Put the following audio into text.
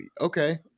Okay